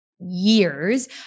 years